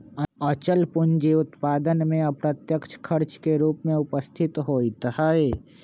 अचल पूंजी उत्पादन में अप्रत्यक्ष खर्च के रूप में उपस्थित होइत हइ